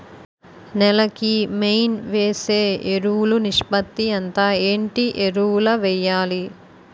నేల కి మెయిన్ వేసే ఎరువులు నిష్పత్తి ఎంత? ఏంటి ఎరువుల వేయాలి?